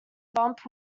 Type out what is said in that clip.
bump